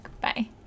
Bye